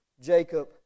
Jacob